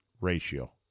ratio